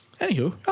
anywho